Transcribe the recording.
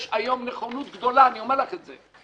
יש היום נכונות גדולה, אני אומר לך את זה.